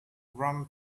rum